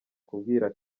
kubwira